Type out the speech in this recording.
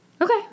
Okay